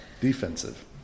Defensive